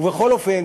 בכל אופן,